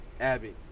Abby